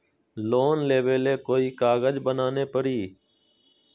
Loan लेबे ले कोई कागज बनाने परी?